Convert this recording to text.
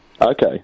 okay